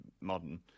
modern